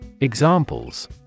Examples